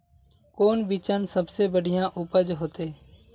कौन बिचन सबसे बढ़िया उपज होते?